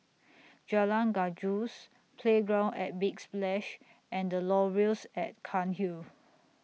Jalan Gajus Playground At Big Splash and The Laurels At Cairnhill